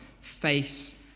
face